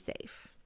safe